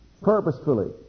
purposefully